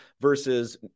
versus